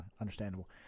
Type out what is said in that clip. understandable